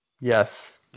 Yes